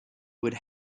would